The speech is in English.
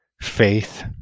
faith